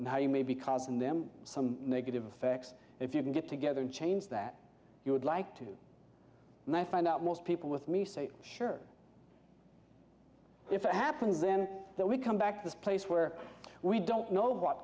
how you may be causing them some negative effects if you can get together and change that you would like to and i find that most people with me say sure if it happens then that we come back to this place where we don't know what